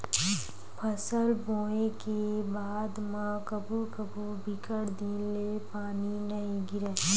फसल बोये के बाद म कभू कभू बिकट दिन ले पानी नइ गिरय